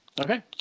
Okay